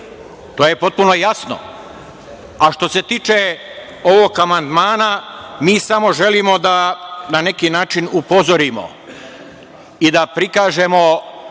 To je potpuno jasno. Što se tiče ovog amandmana, mi samo želimo da na neki način upozorimo i da prikažemo